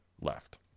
left